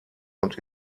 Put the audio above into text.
und